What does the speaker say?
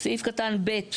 סעיף קטן (ב).